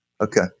Okay